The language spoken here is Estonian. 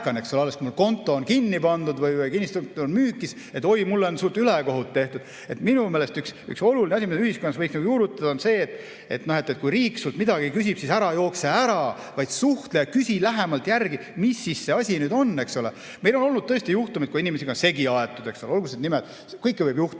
alles siis, kui su konto on kinni pandud või kinnistu on müügis, et oi, sulle on suurt ülekohut tehtud. Minu meelest üks oluline asi, mida ühiskonnas võiks juurutada, on see, et kui riik sult midagi küsib, siis ära jookse ära, vaid suhtle ja küsi lähemalt järele, mis asi see siis nüüd on. Meil on olnud tõesti juhtumeid, kui inimesi on segi aetud, näiteks nende nimed. Kõike võib juhtuda